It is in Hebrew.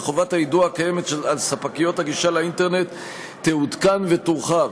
וחובת היידוע הקיימת על ספקיות הגישה לאינטרנט תעודכן ותורחב,